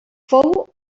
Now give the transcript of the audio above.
fou